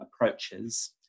approaches